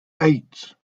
eight